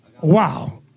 Wow